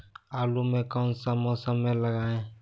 आलू को कौन सा मौसम में लगाए?